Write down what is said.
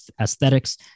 aesthetics